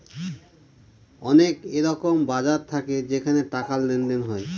অনেক এরকম বাজার থাকে যেখানে টাকার লেনদেন হয়